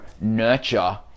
nurture